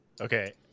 Okay